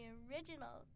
original